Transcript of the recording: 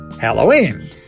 Halloween